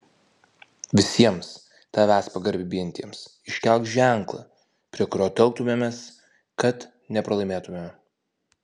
visiems tavęs pagarbiai bijantiems iškelk ženklą prie kurio telktumėmės kad nepralaimėtumėme